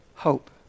hope